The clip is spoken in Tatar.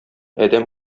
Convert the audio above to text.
адәм